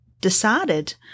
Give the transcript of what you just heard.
decided